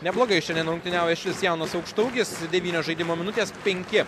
neblogai šiandien rungtyniauja šis jaunas aukštaūgis devynios žaidimo minutės penki